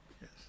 Yes